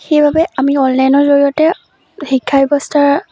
সেইবাবে আমি অনলাইনৰ জৰিয়তে শিক্ষা ব্যৱস্থা